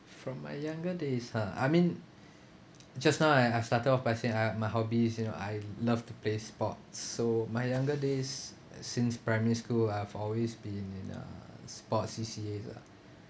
from my younger days ah I mean just now I I started off by saying I my hobbies you know I love to play sports so my younger days since primary school I've always been in a sports C_C_A lah